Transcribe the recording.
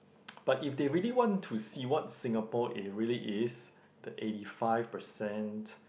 but if they really want to see what Singapore it really is the eighty five percent